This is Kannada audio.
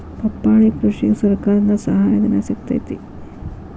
ಪಪ್ಪಾಳಿ ಕೃಷಿಗೆ ಸರ್ಕಾರದಿಂದ ಸಹಾಯಧನ ಸಿಗತೈತಿ